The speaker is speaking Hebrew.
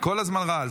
כל הזמן רעל.